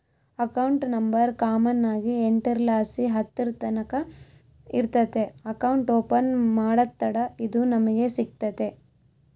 account number common ಆಗಿ ಎಂಟುರ್ಲಾಸಿ ಹತ್ತುರ್ತಕನ ಇರ್ತತೆ ಅಕೌಂಟ್ ಓಪನ್ ಮಾಡತ್ತಡ ಇದು ನಮಿಗೆ ಸಿಗ್ತತೆ